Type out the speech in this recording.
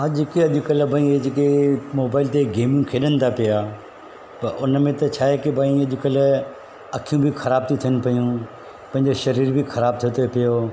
हा जेके अॼुकल्ह जेके मोबाइल ते गेम खेॾनि था पिया त उन में त छाहे की भई अॼुकल्ह अखियूं बि ख़राबु थियूं थियनि पयूं पंहिंजो शरीरु बि ख़राबु थो थिए पियो